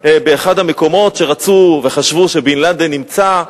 באחד המקומות שחשבו שבן-לאדן נמצא,